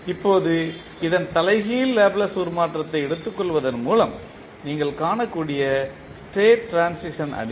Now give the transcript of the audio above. இப்போது இதன் தலைகீழ் லேப்ளேஸ் உருமாற்றத்தை எடுத்துக்கொள்வதன் மூலம் நீங்கள் காணக்கூடிய ஸ்டேட் ட்ரான்சிஷன் அணி